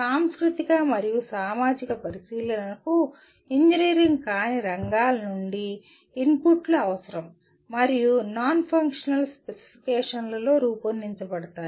సాంస్కృతిక మరియు సామాజిక పరిశీలనలకు ఇంజనీరింగ్ కాని రంగాల నుండి ఇన్పుట్లు అవసరం మరియు నాన్ ఫంక్షనల్ స్పెసిఫికేషన్లలో పొందుపరచబడతాయి